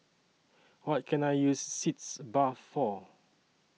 What Can I use Sitz Bath For